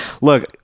look